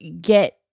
get